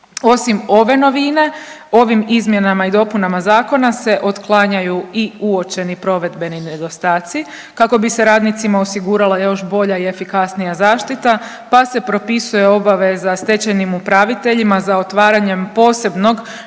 Osim ove novine ovim izmjenama i dopunama zakona se otklanjaju i uočeni provedbeni nedostaci kako bi se radnicima osigurala još bolja i efikasnija zaštita, pa se propisuje obaveza stečajnim upraviteljima za otvaranjem posebnog